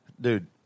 Dude